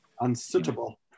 Unsuitable